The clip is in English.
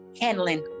handling